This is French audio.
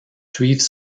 suivent